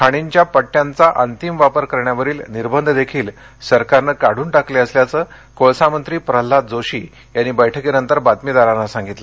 खाणींच्या पट्टयांचा अंतिम वापर करण्यावरील निर्बंध देखील सरकारनं काढून टाकले असल्याचं कोळसा मंत्री प्रल्हाद जोशी यांनी बैठकीनंतर बातमीदारांना सांगितलं